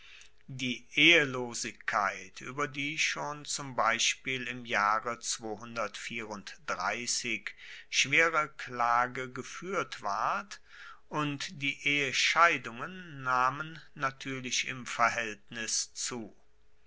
die ehelosigkeit ueber die schon zum beispiel im jahre schwere klage gefuehrt ward und die ehescheidungen nahmen natuerlich im verhaeltnis zu